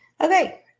Okay